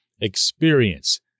experience